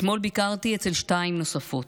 אתמול ביקרתי אצל שתיים נוספות.